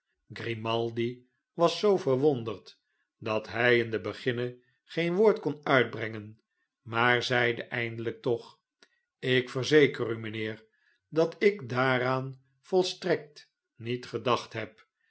was zoo verwonderd dat hij in den beginne geen woord kon uitbrengen maar zeide eindelijk toch ik verzeker u mijnheer dat ik daaraan volstrekt niet gedacht heb